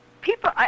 people